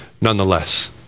nonetheless